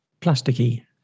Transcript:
plasticky